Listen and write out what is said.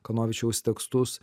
kanovičiaus tekstus